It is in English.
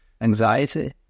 anxiety